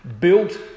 Built